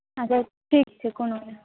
अच्छा ठीक छै कोनो नहि